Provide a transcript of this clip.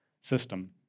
system